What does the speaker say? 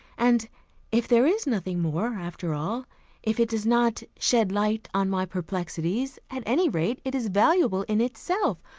and if there is nothing more, after all if it does not shed light on my perplexities at any rate, it is valuable in itself.